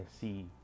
see